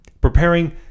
preparing